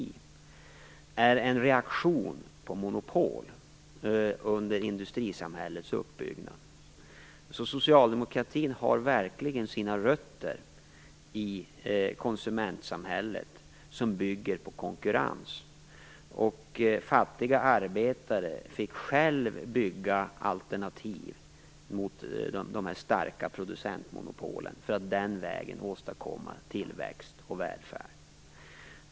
Den är en reaktion på monopol under industrisamhällets uppbyggnad. Socialdemokratin har alltså verkligen sina rötter i konsumentsamhället som bygger på konkurrens. Fattiga arbetare fick själva bygga alternativ till de starka producentmonopolen för att den vägen åstadkomma tillväxt och välfärd.